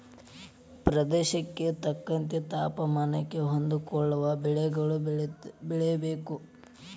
ಪ್ರದೇಶಕ್ಕೆ ತಕ್ಕಂತೆ ತಾಪಮಾನಕ್ಕೆ ಹೊಂದಿಕೊಳ್ಳುವ ಬೆಳೆಗಳು ಬೆಳೆಯಬೇಕು